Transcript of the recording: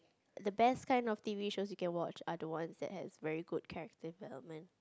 the best kind of T_V shows you can watch are the ones that has very good character development